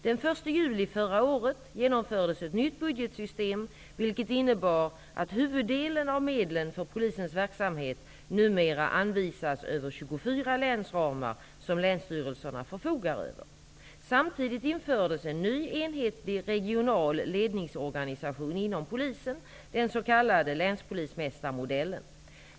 Den 1 juli förra året genomfördes ett nytt budgetsystem vilket innebar att huvuddelen av medlen för Polisens verksamhet numera anvisas över 24 länsramar som länsstyrelserna förfogar över. Samtidigt infördes en ny enhetlig regional ledningsorganisation inom Polisen, den s.k. länspolismästarmodellen.